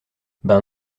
ben